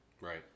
Right